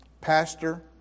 Pastor